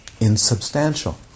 Insubstantial